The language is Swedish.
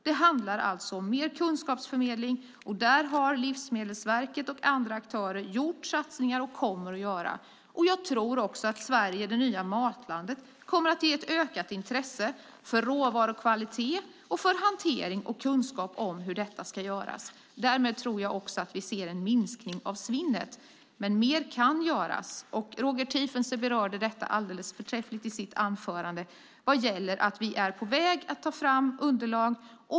Det handlar alltså om mer kunskapsförmedling, och där har Livsmedelsverket och andra aktörer gjort satsningar, och de kommer att göra satsningar. Jag tror också att Sverige - det nya matlandet kommer att ge ett ökat intresse för råvarukvalitet och för hantering och kunskap om hur detta ska göras. Därmed tror jag också att vi ser en minskning av svinnet, men mer kan göras. Roger Tiefensee berörde detta alldeles förträffligt i sitt anförande vad gäller att vi är på väg att ta fram underlag.